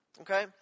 Okay